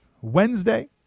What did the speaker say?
Wednesday